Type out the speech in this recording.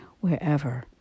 wherever